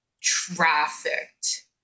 trafficked